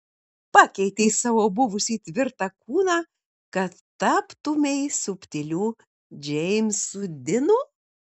pakeitei savo buvusį tvirtą kūną kad taptumei subtiliu džeimsu dinu